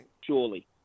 surely